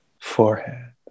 forehead